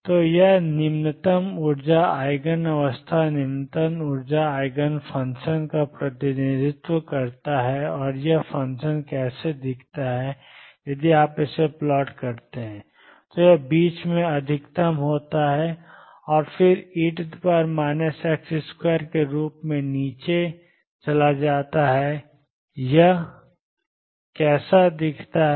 तो यह निम्नतम ऊर्जा आइगन अवस्था निम्नतम ऊर्जा आइगन फ़ंक्शन का प्रतिनिधित्व करता है और यह फ़ंक्शन कैसा दिखता है यदि आप इसे प्लॉट करते हैं तो यह बीच में अधिकतम होता है और फिर e x2 के रूप में नीचे चला जाता है यह कैसा दिखता है